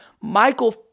Michael